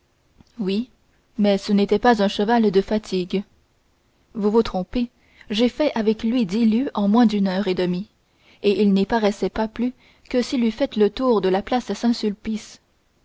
oui mais ce n'était pas un cheval de fatigue vous vous trompez j'ai fait avec lui dix lieues en moins d'une heure et demie et il n'y paraissait pas plus que s'il eût fait le tour de la place saint-sulpice